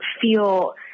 feel